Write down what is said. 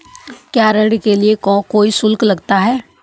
क्या ऋण के लिए कोई शुल्क लगता है?